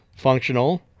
Functional